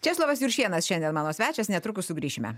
česlovas juršėnas šiandien mano svečias netrukus sugrįšime